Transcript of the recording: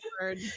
word